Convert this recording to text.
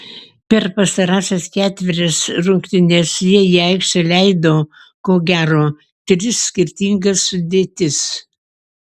per pastarąsias ketverias rungtynes jie į aikštę leido ko gero tris skirtingas sudėtis